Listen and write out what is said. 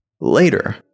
Later